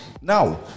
now